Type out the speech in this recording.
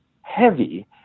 heavy